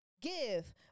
Give